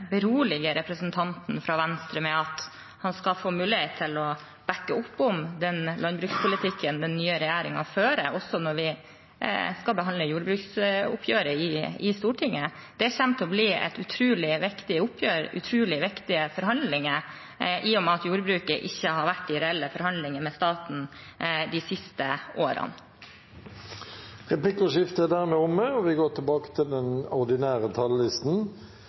berolige representanten fra Venstre med at han skal få mulighet til å backe opp den landbrukspolitikken den nye regjeringen fører, også når vi skal behandle jordbruksoppgjøret i Stortinget. Det kommer til å bli et utrolig viktig oppgjør, utrolig viktige forhandlinger, i og med at jordbruket ikke har vært i reelle forhandlinger med staten de siste årene. Replikkordskiftet er omme. De talere som heretter får ordet, har også en taletid på inntil 3 minutter. Vi